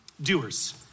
doers